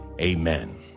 Amen